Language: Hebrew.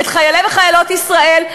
את חיילי וחיילות ישראל,